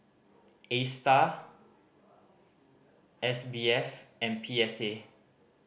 Astar S B F and P S A